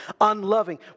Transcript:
unloving